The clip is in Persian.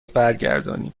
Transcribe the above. برگردانید